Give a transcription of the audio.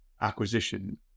acquisition